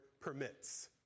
permits